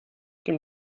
dem